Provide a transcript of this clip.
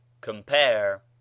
Compare